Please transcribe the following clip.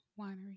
winery